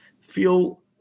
feel